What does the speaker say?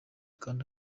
kanda